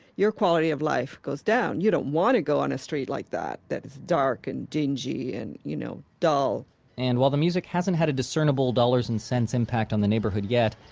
your quality of life goes down. you don't want to go on a street like that that's dark and dingy and, you know, dull and while the music hasn't had a discernible dollars and cents impact on the neighborhood yet,